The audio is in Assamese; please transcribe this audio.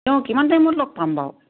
তেওঁ কিমান টাইমত লগ পাম বাৰু